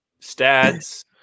stats